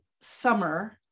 summer